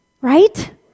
Right